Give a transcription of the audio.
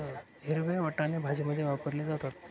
हिरवे वाटाणे भाजीमध्ये वापरले जातात